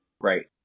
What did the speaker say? Right